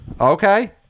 Okay